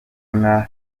nka